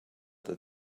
that